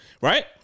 right